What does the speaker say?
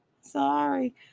Sorry